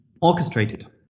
orchestrated